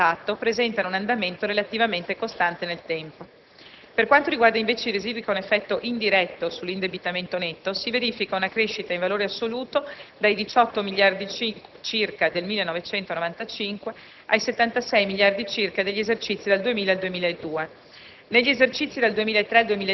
ugualmente, i residui non aventi impatto presentano un andamento relativamente costante nel tempo. Per quanto riguarda invece i residui con effetto indiretto sull'indebitamento netto, si verifica una crescita in valore assoluto dai 18 miliardi circa del 1995 ai 76 miliardi circa degli esercizi dal 2000 al 2002;